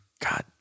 God